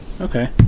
Okay